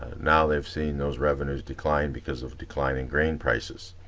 now they've seen those revenues decline because of declining grain prices.